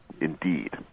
Indeed